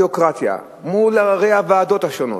הביורוקרטיה, מול הררי הוועדות השונות.